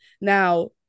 Now